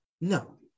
No